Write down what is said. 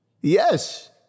Yes